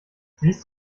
siehst